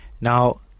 Now